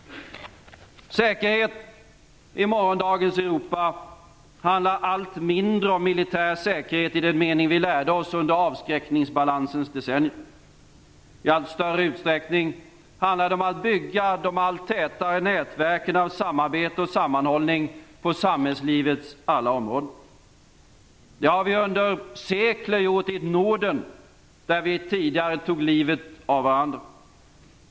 Säkerhet i morgondagens Europa handlar allt mindre om militär säkerhet i den mening vi lärde oss under avskräckningsbalansens decennier. I allt större utsträckning handlar det om att bygga de allt tätare nätverken av samarbete och sammanhållning på samhällslivets alla områden. Det har vi gjort under sekler i ett Norden där vi tidigare tog livet av varandra.